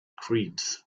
creeds